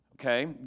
Okay